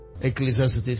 Ecclesiastes